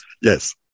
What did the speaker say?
Yes